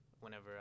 whenever